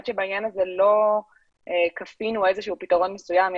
שבעניין הזה לא כפינו איזשהו פתרון מסוים.